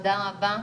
תודה רבה.